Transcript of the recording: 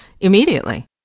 immediately